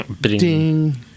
Ding